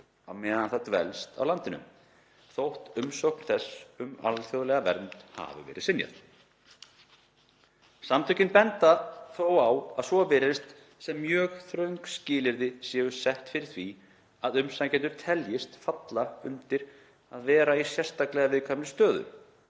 á meðan það dvelst á landinu, þótt umsókn þess um alþjóðlega vernd hafi verið synjað. Samtökin benda þó á að svo virðist sem mjög þröng skilyrði séu sett fyrir því að umsækjendur teljist falla undir að vera í sérstaklega viðkvæmri stöðu